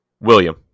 William